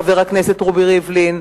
חבר הכנסת רובי ריבלין,